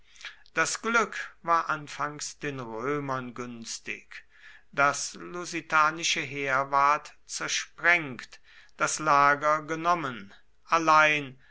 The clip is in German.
das glück war anfangs den römern günstig das lusitanische heer ward zersprengt das lager genommen allein